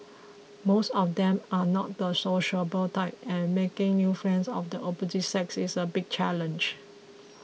most of them are not the sociable type and making new friends of the opposite sex is a big challenge